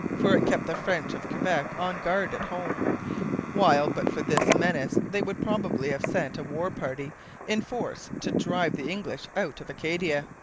for it kept the french of quebec on guard at home while but for this menace they would probably have sent a war-party in force to drive the english out of acadia.